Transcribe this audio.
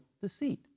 deceit